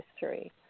history